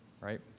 right